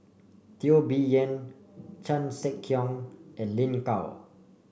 Teo Bee Yen Chan Sek Keong and Lin Gao